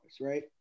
right